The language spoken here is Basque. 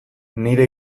nire